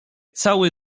cały